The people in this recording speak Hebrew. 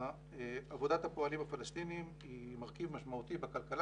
עבודת הפועלים הפלסטינים היא מרכיב משמעותי בכלכלה